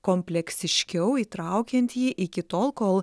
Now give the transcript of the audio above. kompleksiškiau įtraukiant jį iki tol kol